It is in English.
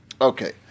Okay